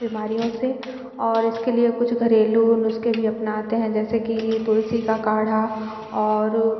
बीमारियों से और इसके लिए कुछ घरेलू नुस्ख़े भी अपनाते हैं जैसे कि तुलसी का काढ़ा और